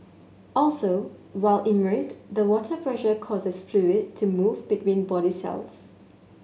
also while immersed the water pressure causes fluid to move between body cells